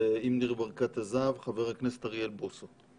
אז, אם ניר ברקת עזב, חבר הכנסת אוריאל בוסו.